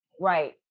Right